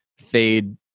fade